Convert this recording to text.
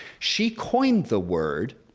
she coined the word,